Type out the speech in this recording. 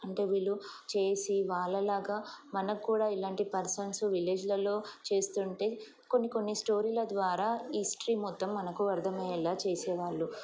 అంటే వీళ్ళు చేసి వాళ్ళలాగా మనక్కూడా ఇలాంటి పర్సన్స్ విలేజ్లలో చేస్తుంటే కొన్ని కొన్ని స్టోరీల ద్వారా హిస్టరీ మొత్తం మనకు అర్థమయ్యేలా చేసేవాళ్ళు